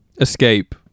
escape